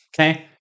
okay